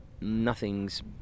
nothing's